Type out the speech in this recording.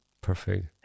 perfect